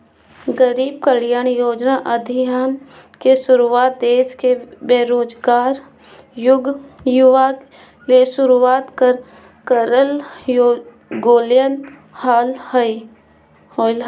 गरीब कल्याण रोजगार अभियान के शुरुआत देश के बेरोजगार युवा ले शुरुआत करल गेलय हल